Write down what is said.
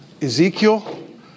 Ezekiel